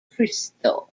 cristo